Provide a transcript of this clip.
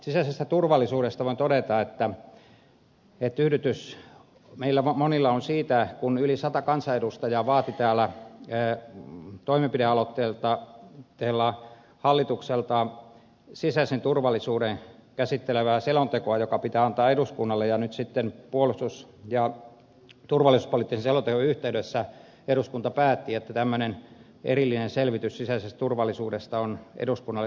sisäisestä turvallisuudesta voin todeta että tyydytys meillä monilla on siitä kun yli sata kansanedustajaa vaati täällä toimenpidealoitteella hallitukselta sisäistä turvallisuutta käsittelevää selontekoa joka pitää antaa eduskunnalle ja nyt sitten puolustus ja turvallisuuspoliittisen selonteon yhteydessä eduskunta päätti että tämmöinen erillinen selvitys sisäisestä turvallisuudesta on eduskunnalle tuotava